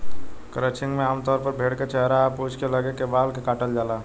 crutching में आमतौर पर भेड़ के चेहरा आ पूंछ के लगे के बाल के काटल जाला